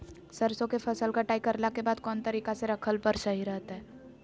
सरसों के फसल कटाई करला के बाद कौन तरीका से रखला पर सही रहतय?